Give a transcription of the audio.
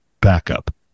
backup